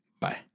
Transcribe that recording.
bye